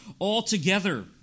altogether